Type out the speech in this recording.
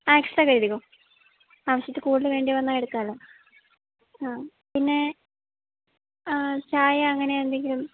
ആ എക്സ്ട്രാ കരുതിക്കോളൂ ആവശ്യത്തില് കൂടുതല് വേണ്ടിവന്നാല് എടുക്കാമല്ലോ ആ പിന്നെ ചായ അങ്ങനെയെന്തെങ്കിലും